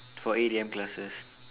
for eight A_M classes